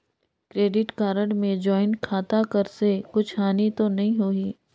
Credit card मे joint खाता कर से कुछ हानि तो नइ होही?